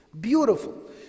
beautiful